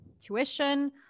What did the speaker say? tuition